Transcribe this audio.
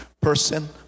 Person